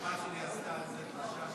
הבת שלי עשתה על זה דרשת בת-מצווה.